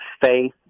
faith